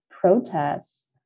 protests